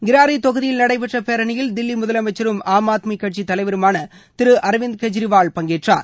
கிராரி தொகுதியில் நடைபெற்ற பேரணியில் தில்வி முதலமைச்சரும் ஆம் ஆத்மி கட்சி தலைவருமான திரு அரவிந்த் கெஜ்ரிவால் பங்கேற்றார்